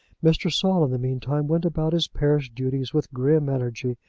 mr. saul in the meantime went about his parish duties with grim energy,